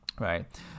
Right